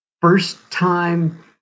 first-time